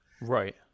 Right